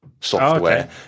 software